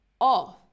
off